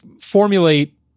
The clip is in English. formulate